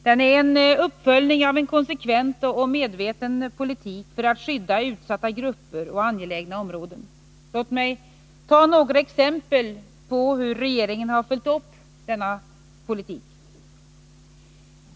Den är en uppföljning av en konsekvent och medveten politik för att skydda utsatta grupper och angelägna områden. Låt mig ge några exempel på hur regeringen har följt upp denna politik.